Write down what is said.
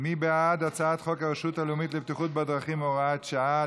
מי בעד הצעת חוק הרשות הלאומית לבטיחות בדרכים (הוראת שעה),